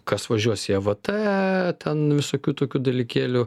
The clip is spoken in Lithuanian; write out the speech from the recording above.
kas važiuos į avt ten visokių tokių dalykėlių